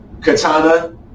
Katana